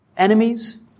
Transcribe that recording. Enemies